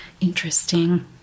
interesting